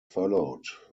followed